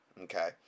Okay